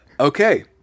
Okay